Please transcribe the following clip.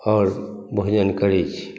आओर भोजन करै छी